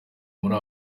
muri